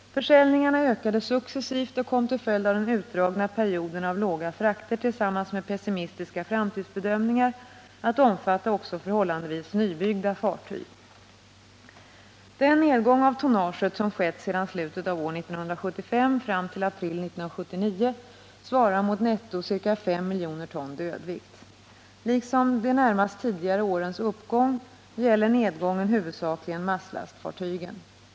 Försäljningarna ökade successivt och kom till följd av den utdragna perioden av låga frakter tillsammans med pessimistiska framtidsbedömningar att omfatta också förhållandevis nybyggda fartyg. Den nedgång av tonnaget som skett sedan slutet av 1975 fram till april 1979 svarar mot netto ca 5 miljoner ton dödvikt. Liksom de närmast tidigare årens uppgång gäller nedgången huvudsakligen masslastfartygen.